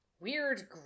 weird